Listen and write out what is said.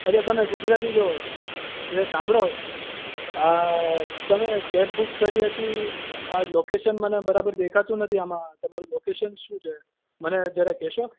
અચ્છા તમે ગુજરાતી છો એ સાંભળો તમે કેબ બુક કરી હતી આ લોકોશન મને બરાબર દેખાતું નથી આમાં તમારું લોકેશન શું છે મને જરા કહેશો